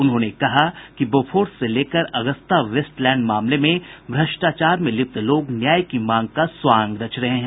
उन्होंने कहा कि बोफोर्स से लेकर अगुस्ता वेस्टलैंड मामले में भ्रष्टाचार में लिप्त लोग न्याय की मांग का स्वांग रच रहे हैं